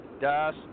Das